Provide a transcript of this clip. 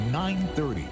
930